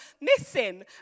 missing